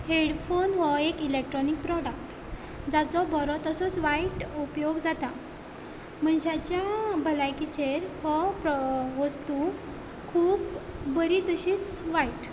headphone हो एक electronic product जाचो बरो तसोच वायट उपयोग जाता मनशाच्या भलायकेचेर हो वस्तू खूब बरी तशीच वायट